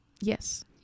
yes